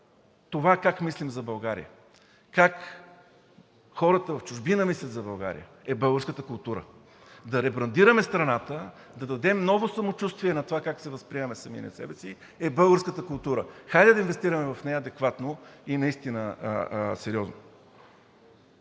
това как мислим за България, как хората в чужбина мислят за България е българската култура? Да ребрандираме страната, да дадем ново самочувствие на това как възприемаме самите ние себе си, и това е българската култура. Хайде да инвестираме в нея адекватно и наистина сериозно!